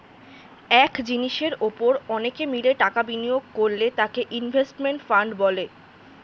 এক জিনিসের উপর অনেকে মিলে টাকা বিনিয়োগ করলে তাকে ইনভেস্টমেন্ট ফান্ড বলে